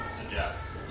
suggests